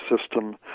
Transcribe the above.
system